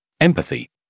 empathy